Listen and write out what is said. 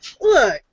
Look